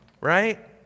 Right